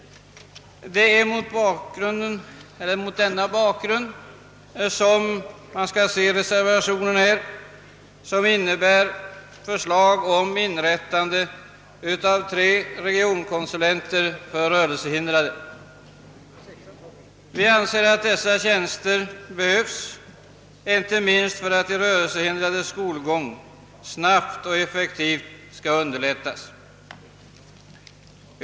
Det är mot denna bakgrund man skall se reservationen 1, som innebär förslag om inrättande av tre regionkonsulenter för rörelsehindrade, Vi anser att dessa tjänster behövs, inte minst för att de rörelsehindrades skolgång snabbt och effektivt skall underlättas.